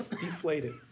deflated